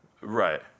Right